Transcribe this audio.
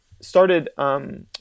started